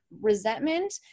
resentment